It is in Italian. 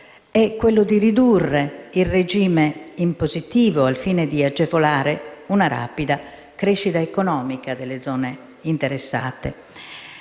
delle ZES è ridurre il regime impositivo, al fine di agevolare una rapida crescita economica delle zone interessate.